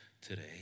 today